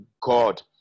God